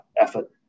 effort